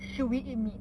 should we eat meat